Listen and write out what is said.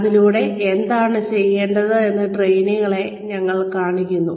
അതിലൂടെ എന്താണ് ചെയ്യേണ്ടതെന്ന് ട്രെയിനികളെ ഞങ്ങൾ കാണിക്കുന്നു